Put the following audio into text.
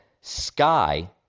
Sky